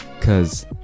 Cause